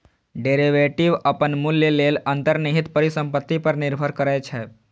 derivative अपन मूल्य लेल अंतर्निहित परिसंपत्ति पर निर्भर करै छै